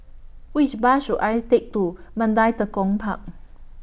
Which Bus should I Take to Mandai Tekong Park